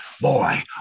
boy